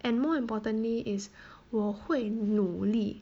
and more importantly is 我会努力